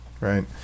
right